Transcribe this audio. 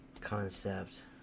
concept